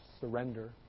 surrender